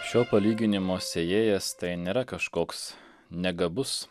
šio palyginimo sėjėjas tai nėra kažkoks negabus